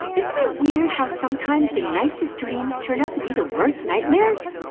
isn't it weird how sometimes the nicest dreams turn out to be the worst nightmares?